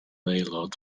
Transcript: aelod